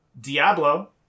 diablo